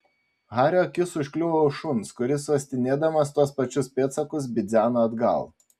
hario akis užkliuvo už šuns kuris uostinėdamas tuos pačius pėdsakus bidzeno atgal